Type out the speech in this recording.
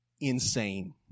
insane